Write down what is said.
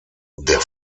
der